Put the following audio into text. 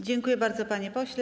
Dziękuję bardzo, panie pośle.